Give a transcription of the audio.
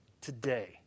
today